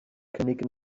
cynnig